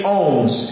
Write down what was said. owns